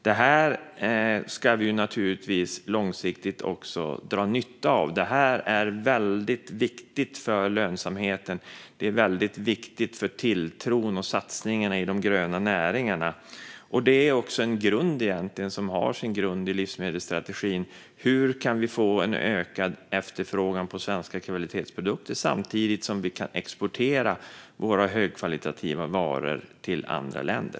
Detta ska vi naturligtvis också långsiktigt dra nytta av. Det är väldigt viktigt för lönsamheten. Det är väldigt viktigt för tilltron till och satsningen på de gröna näringarna. Detta har egentligen sin grund i livsmedelsstrategin. Hur kan vi få en ökad efterfrågan på svenska kvalitetsprodukter samtidigt som vi kan exportera våra högkvalitativa varor till andra länder?